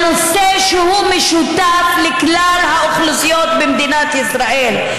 על נושא שהוא משותף לכלל האוכלוסיות במדינת ישראל.